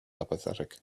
apathetic